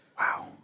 Wow